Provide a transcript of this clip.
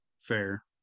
Fair